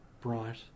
bright